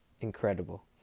incredible